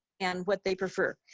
and what they prefer.